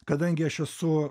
kadangi aš esu